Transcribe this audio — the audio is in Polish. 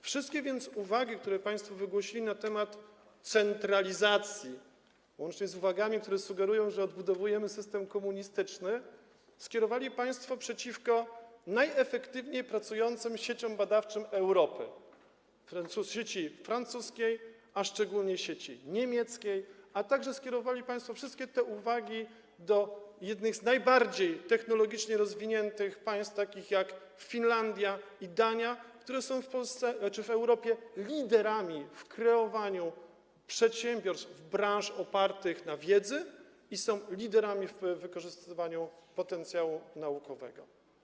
Wszystkie więc uwagi, które państwo wygłosili na temat centralizacji, łącznie z uwagami, które sugerują, że odbudowujemy system komunistyczny, skierowali państwo przeciwko najefektywniej pracującym sieciom badawczym Europy - sieci francuskiej, a szczególnie sieci niemieckiej - a także skierowali państwo wszystkie te uwagi do jednych z najbardziej technologicznie rozwiniętych państw, takich jak Finlandia i Dania, które są w Europie liderami w kreowaniu przedsiębiorstw z branż opartych na wiedzy i są liderami w wykorzystywaniu potencjału naukowego.